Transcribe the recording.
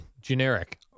generic